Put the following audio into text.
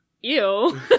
ew